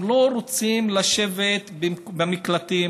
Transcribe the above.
הם לא רוצים לשבת במקלטים,